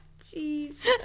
Jeez